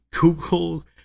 Google